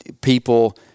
People